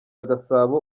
gasabo